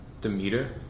Demeter